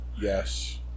yes